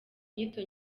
inyito